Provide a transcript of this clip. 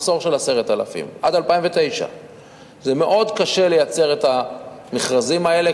מחסור של 10,000 עד 2009. מאוד קשה לייצר את המכרזים האלה.